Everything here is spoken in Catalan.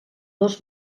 dos